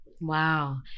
Wow